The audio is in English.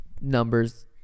numbers